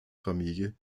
familie